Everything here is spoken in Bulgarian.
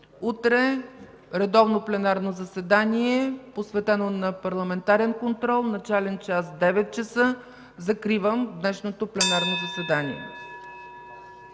Утре – редовно пленарно заседание, посветено на парламентарен контрол, начален час 9,00 ч. Закривам днешното пленарно заседание.